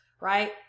right